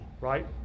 right